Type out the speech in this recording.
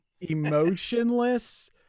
emotionless